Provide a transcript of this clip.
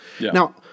Now